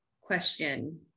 question